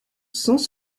sans